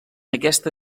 aquesta